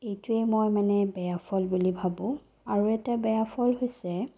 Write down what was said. এইটোৱেই মই মানে বেয়া ফল বুলি ভাবো আৰু এটা বেয়া ফল হৈছে